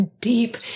deep